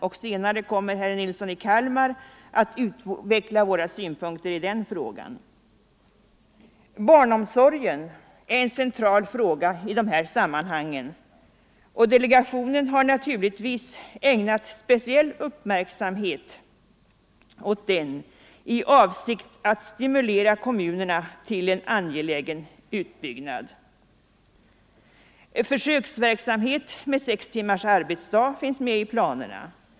Herr Nilsson i Kalmar kommer senare att utveckla våra synpunkter i den frågan. Barnomsorgen är en central fråga i de här sammanhangen. Delegationen har naturligtvis ägnat speciell uppmärksamhet åt den i avsikt att stimulera kommunerna till en angelägen utbyggnad. Försöksverksamhet med sex timmars arbetsdag finns med i planerna.